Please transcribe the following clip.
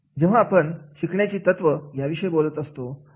जेव्हा आपण शिकण्याची तत्व याविषयी बोलत असतो